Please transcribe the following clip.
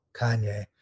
Kanye